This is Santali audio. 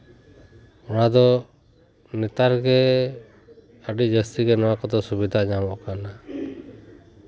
ᱚᱱᱟ ᱫᱚ ᱱᱮᱛᱟᱨ ᱜᱮ ᱟᱹᱰᱤ ᱡᱟᱹᱥᱛᱤ ᱜᱮ ᱱᱚᱣᱟ ᱠᱚᱫᱚ ᱥᱩᱵᱤᱫᱷᱟ ᱧᱟᱢᱚᱜ ᱠᱟᱱᱟ